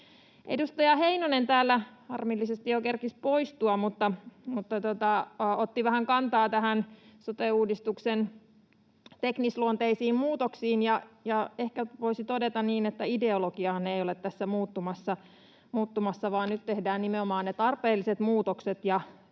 Edustaja Heinonen täältä harmillisesti jo kerkesi poistua mutta otti vähän kantaa sote-uudistuksen teknisluonteisiin muutoksiin. Ehkä voisi todeta niin, että ideologiahan ei ole tässä muuttumassa, vaan nyt tehdään nimenomaan tarpeelliset muutokset,